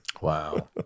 wow